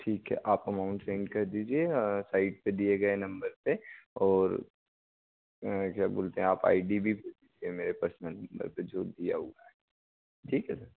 ठीक है आप अमाउंट सेंड कर दीजिए साइड पे दिए गए नंबर पे और क्या बोलते हैं आप आई डी भी भेज दीजिए मेरे पर्सनल नंबर पे जो दिया हुआ है ठीक है